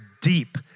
deep